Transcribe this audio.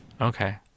okay